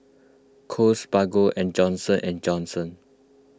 Kose Bargo and Johnson and Johnson